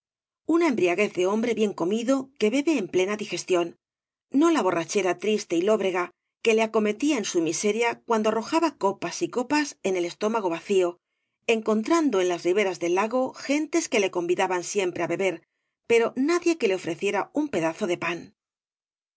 una embriaguez de hombre bien comido que bebe en plena digestión do la borrachera triste y lóbrega que le acometía en su miseria cuando arrojaba copas y copas en ei estómago vacío encontrando en las riberas del lago gentes que le convidaban siempre á beber pero nadie que le ofreciera un pedazo de pan